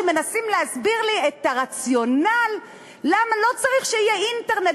שמנסים להסביר לי את הרציונל למה לא צריך שיהיה אינטרנט